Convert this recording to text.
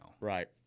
Right